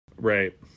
right